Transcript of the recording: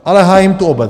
Ale hájím tu obec.